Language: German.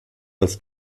als